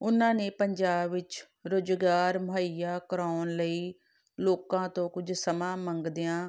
ਉਹਨਾਂ ਨੇ ਪੰਜਾਬ ਵਿੱਚ ਰੁਜ਼ਗਾਰ ਮੁਹੱਈਆ ਕਰਵਾਉਣ ਲਈ ਲੋਕਾਂ ਤੋਂ ਕੁਝ ਸਮਾਂ ਮੰਗਦਿਆਂ